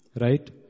Right